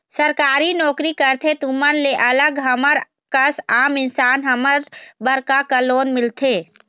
सरकारी नोकरी करथे तुमन ले अलग हमर कस आम इंसान हमन बर का का लोन मिलथे?